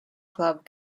club